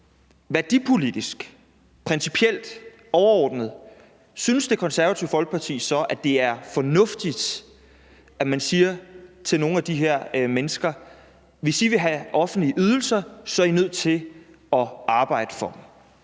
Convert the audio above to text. værdipolitisk, principielt og overordnet set – at det er fornuftigt, at man siger til nogle af de her mennesker: Hvis I vil have offentlige ydelser, er I nødt til at arbejde for det.